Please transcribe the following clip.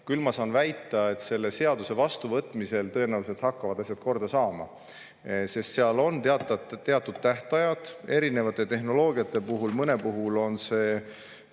aga ma saan väita, et selle seaduse vastuvõtmisel tõenäoliselt hakkavad asjad korda saama, sest seal on teatud tähtajad erinevate tehnoloogiate puhul. Mõne puhul on